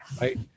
right